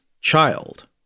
child